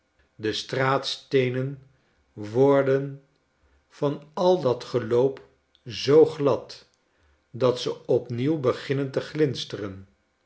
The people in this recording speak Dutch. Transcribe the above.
de straatsteenen worden van al dat geloop zoo glad dat ze opnieuw beginnen te glinsteren